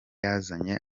yazanye